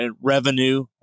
revenue